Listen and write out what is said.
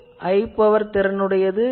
இது high power திறனுடையது